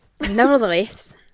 nevertheless